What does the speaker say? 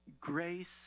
grace